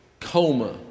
coma